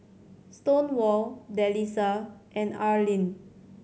Stonewall Delisa and Arlin